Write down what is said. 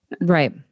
Right